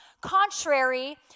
contrary